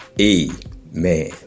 Amen